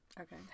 Okay